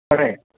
खरं आहे